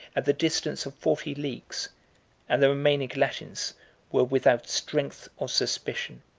at the distance of forty leagues and the remaining latins were without strength or suspicion.